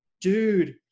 dude